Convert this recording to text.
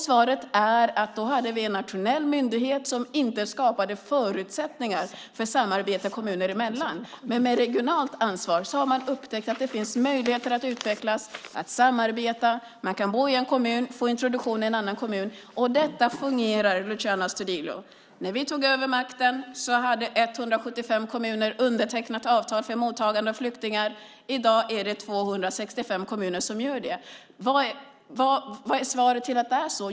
Svaret är att vi då hade en nationell myndighet som inte skapade förutsättningar för samarbete kommuner emellan. Men med ett regionalt ansvar har man upptäckt att det finns möjligheter att utvecklas och att samarbeta. Man kan bo i en kommun och få introduktion i en annan kommun, och detta fungerar, Luciano Astudillo. När vi tog över makten hade 175 kommuner undertecknat avtal för mottagande av flyktingar. I dag är det 265 kommuner som har gjort det. Hur kommer det sig att det är så?